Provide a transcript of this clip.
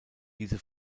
diese